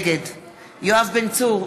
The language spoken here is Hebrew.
נגד יואב בן צור,